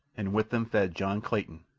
and with them fed john clayton,